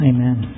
Amen